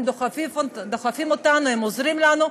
הם דוחפים אותנו, הם עוזרים לנו.